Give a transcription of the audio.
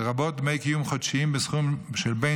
לרבות דמי קיום חודשיים בסכום של בין